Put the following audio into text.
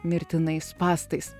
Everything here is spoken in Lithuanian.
mirtinais spąstais